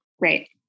Right